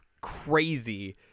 crazy